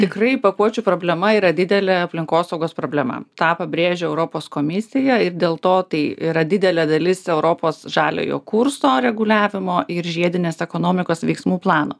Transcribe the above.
tikrai pakuočių problema yra didelė aplinkosaugos problema tą pabrėžia europos komisija ir dėl to tai yra didelė dalis europos žaliojo kurso reguliavimo ir žiedinės ekonomikos veiksmų plano